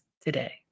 today